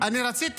אני רציתי